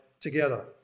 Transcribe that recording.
together